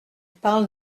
parle